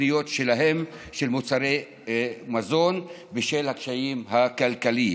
הקניות של מוצרי המזון שלהם בשל הקשיים הכלכליים.